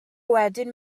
wedyn